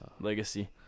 legacy